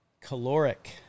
caloric